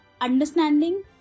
understanding